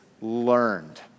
learned